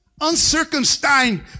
uncircumcised